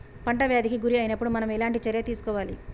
పంట వ్యాధి కి గురి అయినపుడు మనం ఎలాంటి చర్య తీసుకోవాలి?